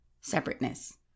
separateness